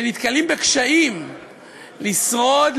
שנתקלים בקשיים לשרוד,